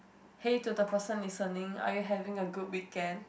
hey to the person listening are you having a good weekend